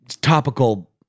topical